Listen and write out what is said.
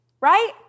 right